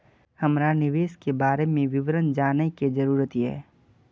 हमरा निवेश के बारे में विवरण जानय के जरुरत ये?